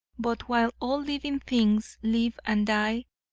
but while all living things live and die,